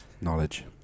Knowledge